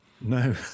No